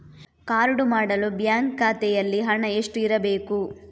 Card ಮಾಡಲು bank ಖಾತೆಯಲ್ಲಿ ಹಣ ಎಷ್ಟು ಇರಬೇಕು?